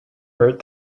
bert